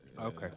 okay